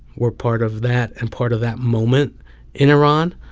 were part of that and part of that moment in iran.